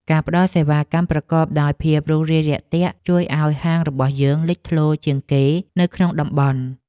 ការផ្តល់សេវាកម្មប្រកបដោយភាពរួសរាយរាក់ទាក់ជួយឱ្យហាងរបស់យើងលេចធ្លោជាងគេនៅក្នុងតំបន់។